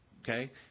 Okay